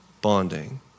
bonding